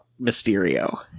Mysterio